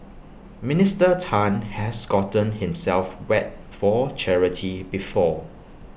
Minister Tan has gotten himself wet for charity before